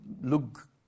look